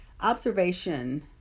Observation